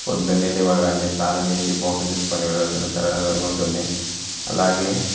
పొద్దున్నే లేవగానే స్నానం చేసి బాక్స్ తీసుకొని వెళ్ళడం జరుగుతుంది అలాగే